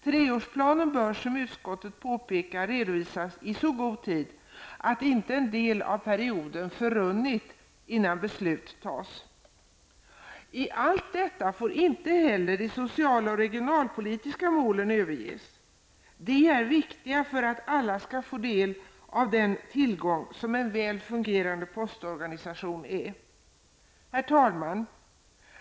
Treårsplanen bör som utskottet påpekar redovisas i så god tid att inte en del av perioden förunnit innan beslut fattas. I allt detta får inte heller de sociala och regionalpolitiska målen överges. De är viktiga för att alla skall få del av den tillgång som en väl fungerande postorganisation utgör. Herr talman!